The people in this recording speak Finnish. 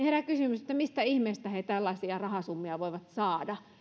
herää kysymys mistä ihmeestä he tällaisia rahasummia voivat saada